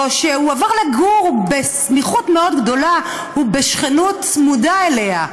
או שהוא עבר לגור בסמיכות מאוד גדולה או בשכנות צמודה אליה.